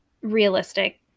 realistic